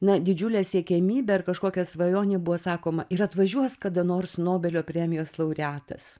na didžiulė siekiamybė ar kažkokia svajonė buvo sakoma ir atvažiuos kada nors nobelio premijos laureatas